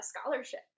scholarship